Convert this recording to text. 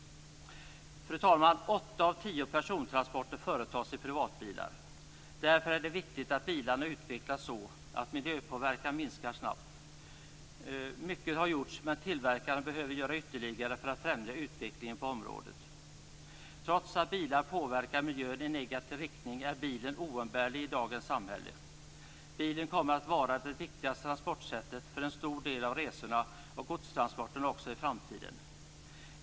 Fru talman! Åtta av tio persontransporter företas i privatbilar. Därför är det viktigt att bilarna utvecklas så att miljöpåverkan minskar snabbt. Mycket har gjorts, men tillverkarna behöver göra ytterligare för att främja utvecklingen på området. Trots att bilar påverkar miljön i negativ riktning är bilen oumbärlig i dagens samhälle. Bilen kommer att vara det viktigaste transportsättet för en stor del av resorna och godstransporterna också i framtiden.